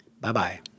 Bye-bye